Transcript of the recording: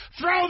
Throw